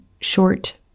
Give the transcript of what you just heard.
short